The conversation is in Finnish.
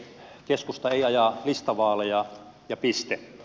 keskusta ei aja listavaaleja ja piste